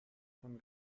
von